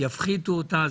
יפחיתו אותה.